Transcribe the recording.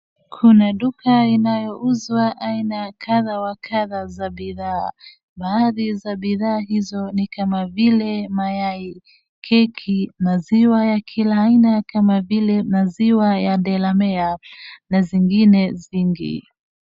Kuna duka inayouzwa aina kadha wa kadha za bidhaa. Baadhi ya bidhaa hizo ni kama vile mayai, keki, maziwa ya kila aina kama vile maziwa ya Delamare, na zingine vingi.